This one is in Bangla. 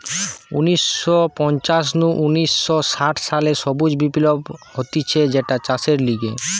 উনিশ শ পঞ্চাশ নু উনিশ শ ষাট সালে সবুজ বিপ্লব হতিছে যেটা চাষের লিগে